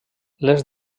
les